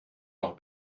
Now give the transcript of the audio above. noch